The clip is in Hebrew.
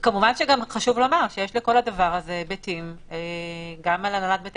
כמובן שחשוב לומר שיש לכל הדבר הזה השלכות גם על הנהלת בתי